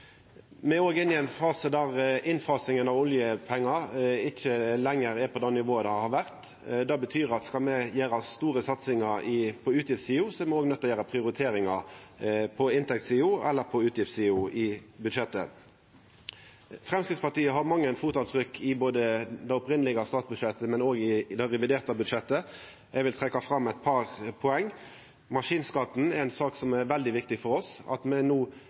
Me er òg inne i ein periode der innfasinga av oljepengar ikkje lenger er på det nivået det har vore. Det betyr at skal me gjera store satsingar på utgiftssida, er me nøydde til å gjera prioriteringar på inntektssida eller på utgiftssida i budsjettet. Framstegspartiet har mange fotavtrykk i det opphavlege statsbudsjettet, men òg i det reviderte. Eg vil trekkja fram eit par poeng. Maskinskatten er ei sak som er veldig viktig for oss. At me no